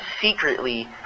secretly